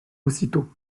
aussitôt